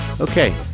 Okay